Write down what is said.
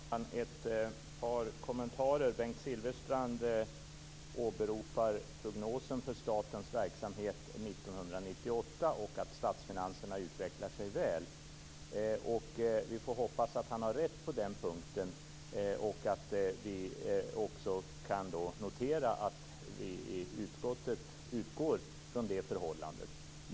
Fru talman! Jag vill göra ett par kommentarer. Bengt Silfverstrand åberopar prognosen för statens verksamhet 1998 och att statsfinanserna utvecklar sig väl. Vi får hoppas att han har rätt på den punkten. Vi kan notera att vi i utskottet utgår från det förhållandet.